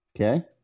Okay